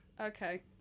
Okay